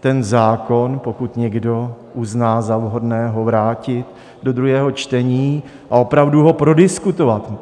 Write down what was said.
ten zákon, pokud někdo uzná za vhodné, vrátit do druhého čtení a opravdu ho prodiskutovat.